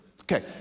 Okay